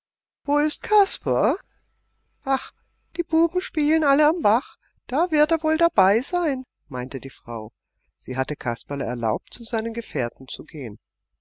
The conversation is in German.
wo ist kasper ach die buben spielen alle am bach da wird er wohl dabei sein meinte die frau sie hatte kasperle erlaubt zu seinen gefährten zu gehen